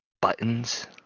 buttons